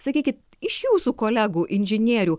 sakykit iš jūsų kolegų inžinierių